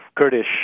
Kurdish